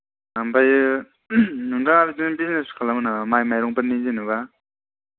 आमफायो नोंथाङा बिदिनो बिजिनेस खालामा नामा माइ माइरं फोरनि जेन'बा